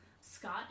Scott